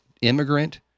immigrant